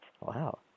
Wow